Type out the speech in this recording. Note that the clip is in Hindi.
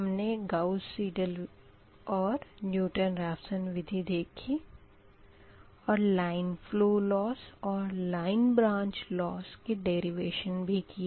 हमने गाऊस सीडल और न्यूटन रेपसन विधि देखी और लाइन फ़्लो लॉस और लाइन ब्रांच लॉस के डेरीवेशन भी किए